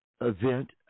event